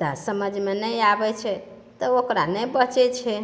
तऽ समझमे नहि आबैत छै तऽ ओकरा नहि बचैत छै